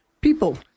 people